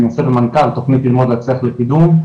אני מנכ"ל תוכנית להצליח בקידום,